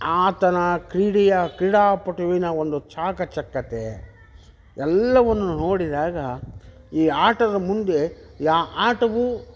ಆತನ ಕ್ರೀಡೆಯ ಕ್ರೀಡಾಪಟುವಿನ ಒಂದು ಚಾಕ ಚಕ್ಯತೆ ಎಲ್ಲವನ್ನು ನೋಡಿದಾಗ ಈ ಆಟದ ಮುಂದೆ ಯಾ ಆಟವು